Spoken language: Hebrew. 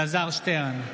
אלעזר שטרן,